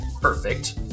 perfect